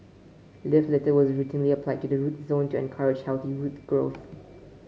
leaf litter was routinely applied to the root zone to encourage healthy root growth